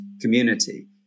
community